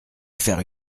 faire